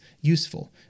useful